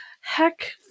heck